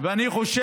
הוא שלח